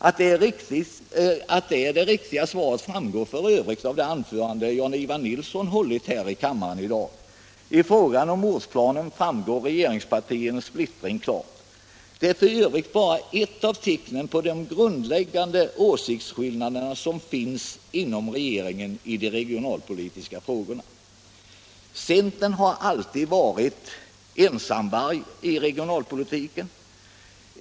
Att det är det riktiga svaret framgår f. ö. av det anförande som Jan-Ivan Nilsson höll här i kammaren i dag. I frågan om ortsplanen framgår regeringspartiernas splittring klart. Den är bara ett av tecknen på de grundläggande åsiktsskillnaderna inom regeringen i de regionalpolitiska frågorna. Centern har alltid varit en ensamvarg i regionalpolitiken.